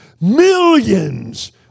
millions